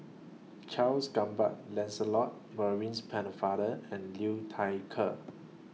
Charles Gamba Lancelot Maurice Pennefather and Liu Thai Ker